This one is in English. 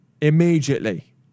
Immediately